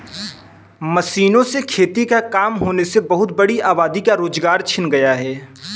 मशीनों से खेती का काम होने से बहुत बड़ी आबादी का रोजगार छिन गया है